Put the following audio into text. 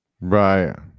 Right